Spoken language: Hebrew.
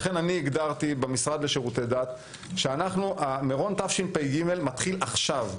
לכן הגדרתי במשרד לשירותי דת שמירון תשפ"ג מתחיל עכשיו.